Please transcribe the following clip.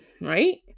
right